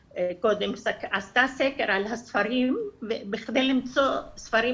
עשתה סקר על ספרים בכדי למצוא ספרים